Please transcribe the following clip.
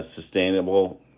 sustainable